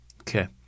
Okay